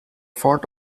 fought